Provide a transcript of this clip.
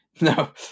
no